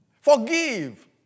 Forgive